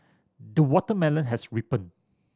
the watermelon has ripened